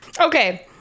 Okay